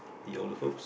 the older folks